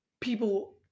people